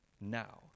now